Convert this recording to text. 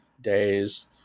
days